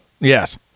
Yes